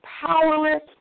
powerless